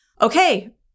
okay